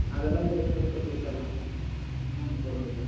அதெல்லாம் பிரச்சின இல்லை சார் கொடுத்தர்லாம் ம் சரிங்க சார்